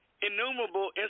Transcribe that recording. innumerable